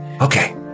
Okay